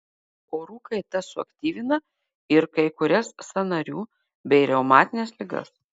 orų kaita suaktyvina ir kai kurias sąnarių bei reumatines ligas